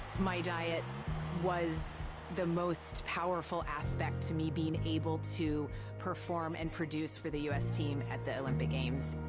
my diet was the most powerful aspect to me being able to perform and produce for the us team at the olympic games.